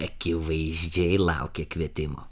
akivaizdžiai laukė kvietimo